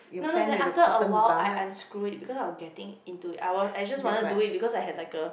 no no then after awhile I unscrew it because I was getting into it I was I just wanted to do it because I had like a